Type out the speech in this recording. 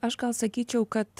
aš gal sakyčiau kad